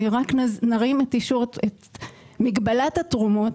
אם רק נרים את מגבלת התרומות,